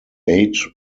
eight